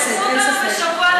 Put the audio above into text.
דחו אותנו בשבוע,